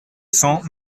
cent